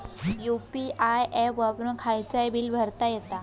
UPI app वापरून खायचाव bill भरता येता